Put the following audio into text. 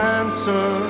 answer